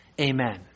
Amen